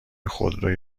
خودروی